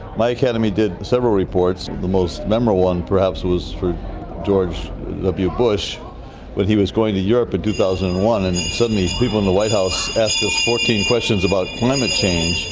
my academy did several reports, the most memorable one perhaps was for george w. bush when he was going to europe in two thousand and one, and suddenly people in the white house asked us fourteen questions about climate change.